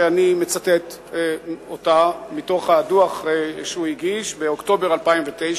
שאני מצטט אותה מתוך הדוח שהוא הגיש באוקטובר 2009,